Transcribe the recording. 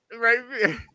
right